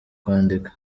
kwandika